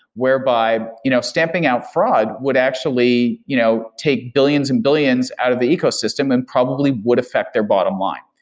whereby you know stamping out fraud would actually you know take billions and billions out of the ecosystem and probably would affect their bottom line.